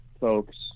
folks